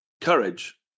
courage